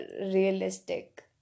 realistic